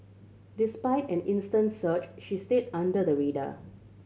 despite an intense search she stayed under the radar